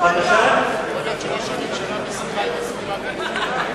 ישראל כמה שרים, כמה זה עולה לנו?